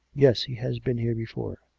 yes he has been here before.